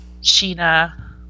Sheena